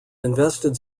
invested